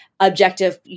objective